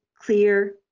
clear